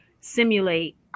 simulate